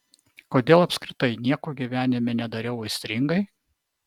kodėl apskritai nieko gyvenime nedariau aistringai